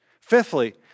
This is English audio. Fifthly